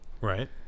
Right